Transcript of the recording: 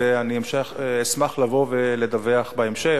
ואני אשמח לבוא ולדווח בהמשך,